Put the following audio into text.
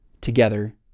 together